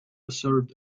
served